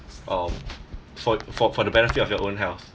um for for for the benefit of your own health